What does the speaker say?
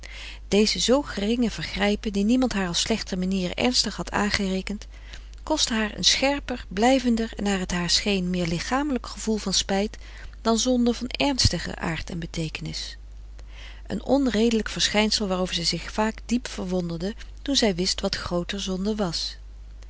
deze zoo geringe vergrijpen die niemand haar als slechte manieren ernstig had aangerekend kostten haar een scherper blijvender en naar het haar scheen meer lichamelijk gevoel van spijt dan zonden van ernstiger aard en beteekenis een onredelijk verschijnsel waarover zij zich vaak diep verwonderde toen zij wist wat grooter zonde was